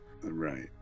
Right